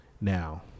now